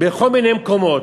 בכל מיני מקומות.